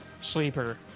sleeper